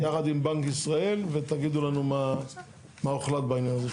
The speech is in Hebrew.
יחד עם בנק ישראל ותגידו לנו מה הוחלט בעניין הזה.